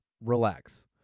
relax